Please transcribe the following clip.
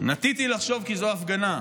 "נטיתי לחשוב כי זו הפגנה,